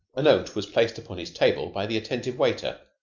a note was placed upon his table by the attentive waiter.